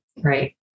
Right